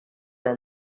our